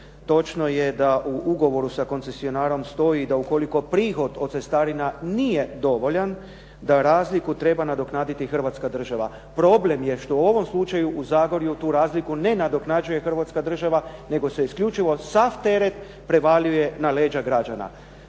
Točno je da u ugovoru sa koncesionarom stoji da ukoliko prihod od cestarina nije dovoljan, da razliku treba nadoknaditi Hrvatska država. Problem je što u ovom slučaju u Zagorju tu ne nadoknađuje Hrvatska država, nego se isključivo sav teret prevaljuje na leđa građana.